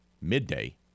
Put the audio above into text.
midday